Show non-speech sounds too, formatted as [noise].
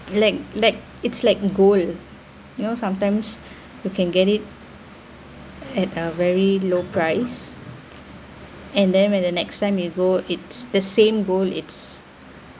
like like it's like a gold you know sometimes [breath] you can get it at a very low price and then when the next time you go it's the same gold it's